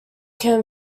can